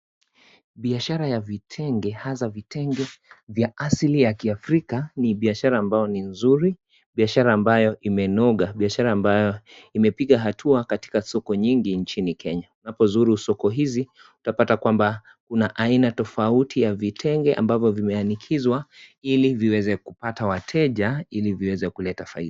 Biashara ya vitenge hasa vitenge vya asili ya kiafrika ni biashara ambayo ni nzuri biashara ambayo imenonga biashara ambayo imepiga hatua katika soko nyingi nchini kenya. Unapozuru soko hizi utapata kwamba kuna aina tofauti ya vitenge ambavyo vimeanikizwa ili viweze kupata wateja ili viweze kuleta faida.